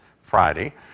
Friday